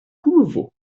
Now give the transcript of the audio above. pulvo